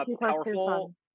powerful